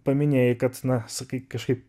paminėjai kad na sakai kažkaip